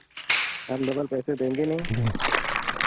हम डबल पैसे देंगे नहीं